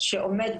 צריך לראות.